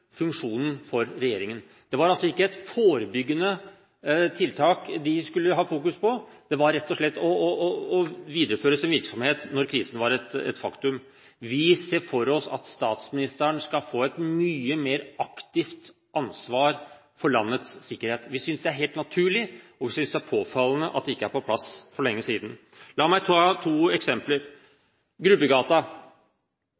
funksjonen for regjeringen. Det var altså ikke et forebyggende tiltak de skulle ha fokus på. Det var rett og slett å videreføre sin virksomhet når krisen var et faktum. Vi ser for oss at statsministeren skal få et mye mer aktivt ansvar for landets sikkerhet. Vi synes det er helt naturlig, og vi synes det er påfallende at det ikke er på plass for lenge siden. La meg ta to eksempler,